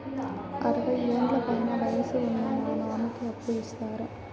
అరవయ్యేండ్ల పైన వయసు ఉన్న మా మామకి అప్పు ఇస్తారా